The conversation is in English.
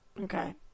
Okay